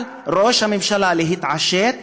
על ראש הממשלה להתעשת,